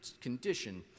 condition